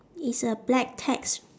it's a black text